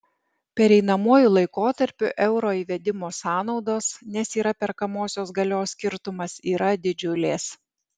pereinamuoju laikotarpiu euro įvedimo sąnaudos nes yra perkamosios galios skirtumas yra didžiulės